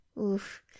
Oof